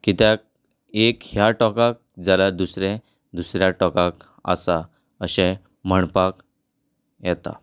किद्याक एक ह्या टोकाक जाल्या दुसरें दुसऱ्या टोकाक आसा अशें म्हणपाक येता